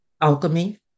alchemy